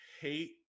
hate